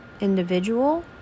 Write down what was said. individual